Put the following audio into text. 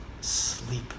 sleep